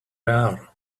bar